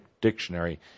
dictionary